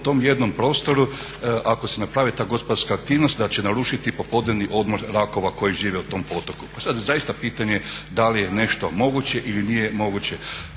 u tom jednom prostoru ako se naprave ta gospodarska aktivnost da će narušiti popodnevni odmor rakova koji žive u tom potoku. Pa sad je zaista pitanje da li je nešto moguće ili nije moguće.